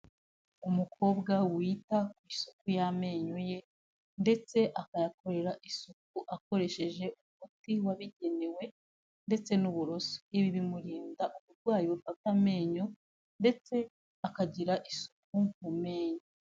Umukobwa wita ku isuku y'amenyo ye ndetse akayakorera isuku akoresheje umuti wabigenewe ndetse n'uburoso. Ibi bimurinda uburwayi bufata amenyo ndetse akagira isuku mu menyo.